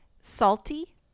salty